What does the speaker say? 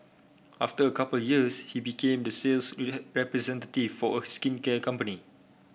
after a couple of years he became the sales representative for a skincare company